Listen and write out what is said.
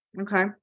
Okay